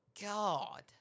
God